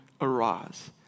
arise